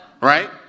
Right